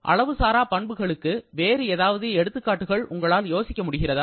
அளவு சாரா பண்புகளுக்கு வேறு ஏதாவது எடுத்துக்காட்டுகள் உங்களால் யோசிக்க முடிகிறதா